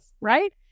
Right